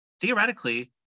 theoretically